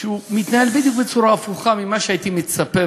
שהוא מתנהל בדיוק בצורה הפוכה ממה שהייתי מצפה,